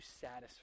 satisfied